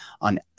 on